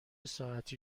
ساعتی